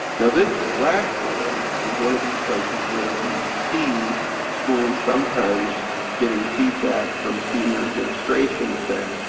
now this last bullet is is one of these places where we see schools sometimes getting feedback from senior administration saying,